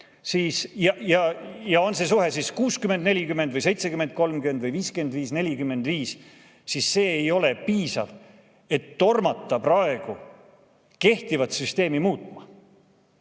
ja on see suhe 60 : 40 või 70 : 30 või 55 : 45, siis see ei ole piisav, et tormata kehtivat süsteemi muutma.